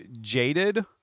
jaded